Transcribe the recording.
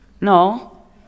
No